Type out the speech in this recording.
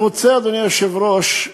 אני רוצה, אדוני היושב-ראש,